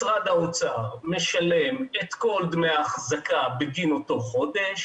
משרד האוצר משלם את כל דמי האחזקה בגין אותו חודש.